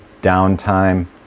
Downtime